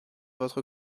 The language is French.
votre